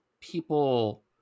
people